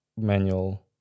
manual